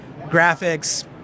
graphics